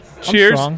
cheers